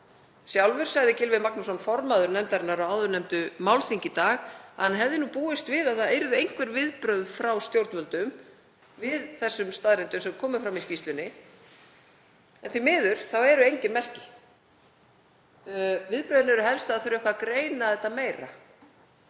Sjálfur sagði Gylfi Magnússon, formaður nefndarinnar, á áðurnefndu málþingi í dag að hann hefði búist við einhverjum viðbrögðum frá stjórnvöldum við þeim staðreyndum sem komu fram í skýrslunni en því miður eru engin merki. Viðbrögðin eru helst að það þurfi að greina þetta eitthvað